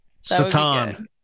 Satan